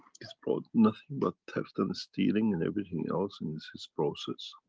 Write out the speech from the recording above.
it's brought nothing but theft and stealing and everything else in his his process.